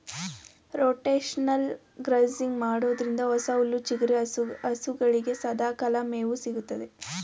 rotational grazing ಮಾಡೋದ್ರಿಂದ ಹೊಸ ಹುಲ್ಲು ಚಿಗುರಿ ಹಸುಗಳಿಗೆ ಸದಾಕಾಲ ಮೇವು ಸಿಗುತ್ತದೆ